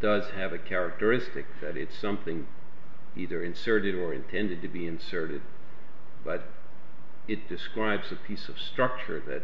does have a characteristic that it's something either inserted or intended to be inserted but it describes a piece of structure that